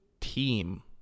team